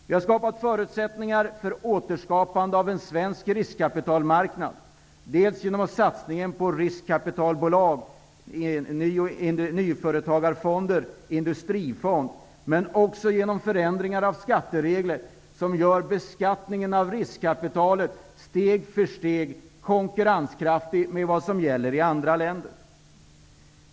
Vi har skapat förutsättningar för återskapande av en svensk riskkapitalmarknad dels genom satsningen på riskkapitalbolag via Industri och nyföretagarfonden, dels genom förändringar av skatteregler som gör beskattningen av riskkapitalet konkurrenskraftig med beskattningen i andra länder.